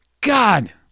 God